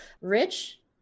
Rich